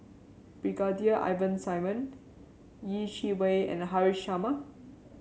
Brigadier Ivan Simson Yeh Chi Wei and Haresh Sharma